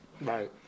right